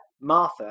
Martha